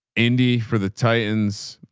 indie for the titans,